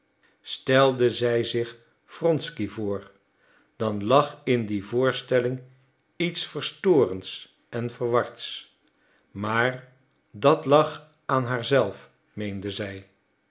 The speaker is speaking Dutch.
stelde zij zich wronsky voor dan lag in die voorstelling iets verstorends en verwards maar dat lag aan haar zelf meende zij